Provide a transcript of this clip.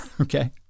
okay